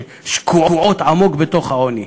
ששקועות עמוק בתוך העוני.